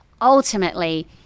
ultimately